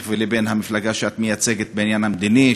ולבין המפלגה שאת מייצגת בעניין המדיני,